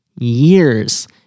years